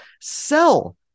Sell